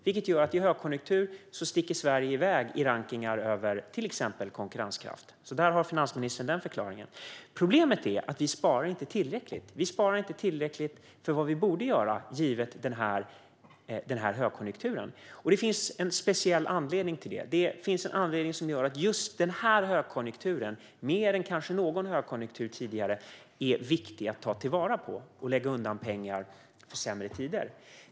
Under en högkonjunktur sticker Sverige därför iväg i rankningar av till exempel konkurrenskraft. Där har finansministern förklaringen. Problemet är att vi inte sparar tillräckligt med tanke på högkonjunkturen. Det finns en speciell anledning till att just denna högkonjunktur, kanske mer än någon tidigare, är viktig att utnyttja för att lägga undan pengar inför sämre tider.